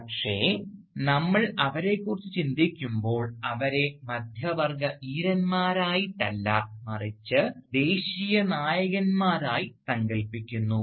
പക്ഷേ നമ്മൾ അവരെക്കുറിച്ച് ചിന്തിക്കുമ്പോൾ അവരെ മധ്യവർഗ വീരന്മാരായിട്ടല്ല മറിച്ച് ദേശീയ നായകന്മാരായി സങ്കൽപ്പിക്കുന്നു